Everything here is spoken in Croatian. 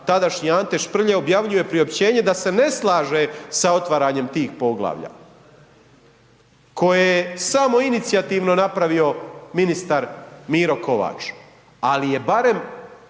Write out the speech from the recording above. tadašnji Ante Šprlje, objavljuje priopćenje da se ne slaže sa otvaranjem tih poglavlja koje je samoinicijativno napravio ministar Miro Kovač, ali je barem,